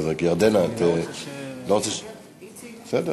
ירדנה, את, אני לא רוצה, בסדר.